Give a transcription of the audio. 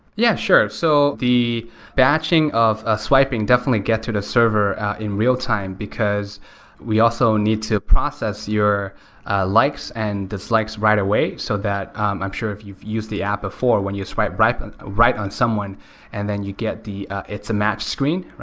yeah, sure. so the batching of ah swiping definitely get to the server in real time, because we also need to process your likes and dislikes right away so that i'm sure if you've used the app before, when you swipe right but right on someone and then you get the it's a match screen,